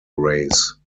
race